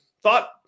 thought